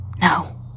No